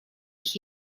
ich